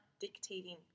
dictating